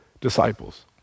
disciples